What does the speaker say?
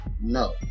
no